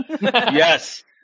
Yes